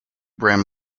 brim